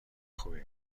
خوبی